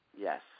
Yes